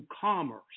commerce